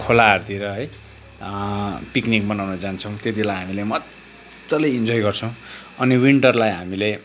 खोलाहरूतिर है पिकनिक मनाउन जान्छौँ त्यति बेला हामीले मज्जाले इन्जोय गर्छौँ अनि विन्टरलाई हामीले